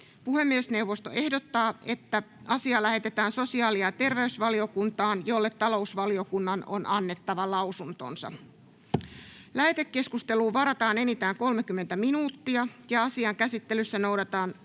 Puhemiesneuvosto ehdottaa, että asia lähetetään sosiaali- ja terveysvaliokuntaan, jolle talousvaliokunnan on annettava lausuntonsa. Lähetekeskusteluun varataan enintään 30 minuuttia. Asian käsittelyssä noudatetaan